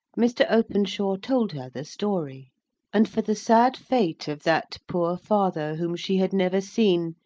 mr. openshaw told her the story and for the sad fate of that poor father whom she had never seen,